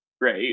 right